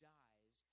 dies